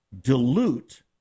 dilute